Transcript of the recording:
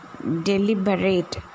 deliberate